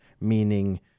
meaning